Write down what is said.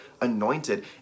anointed